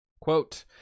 Quote